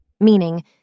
meaning